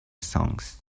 songs